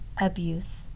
abuse